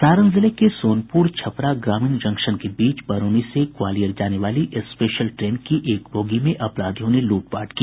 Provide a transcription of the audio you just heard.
सारण जिले के सोनपुर छपरा ग्रामीण जंक्शन के बीच बरौनी से ग्वालियर जाने वाली स्पेशल ट्रेन की एक बोगी में अपराधियों ने लूटपाट की